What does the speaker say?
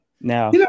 Now